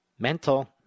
Mental